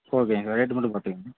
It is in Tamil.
ஓகேங்க சார் ரேட்டு மட்டும் குறச்சிக்கங்க